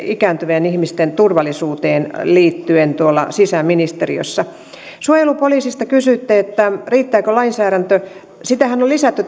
ikääntyvien ihmisten turvallisuuteen liittyen sisäministeriössä suojelupoliisista kysyitte riittääkö lainsäädäntö tätä lainsäädännön tukeahan on lisätty